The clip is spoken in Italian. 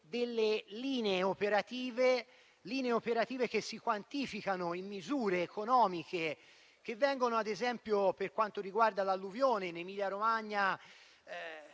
delle linee operative che si quantificano in misure economiche che vengono circoscritte, ad esempio per quanto riguarda l'alluvione in Emilia Romagna,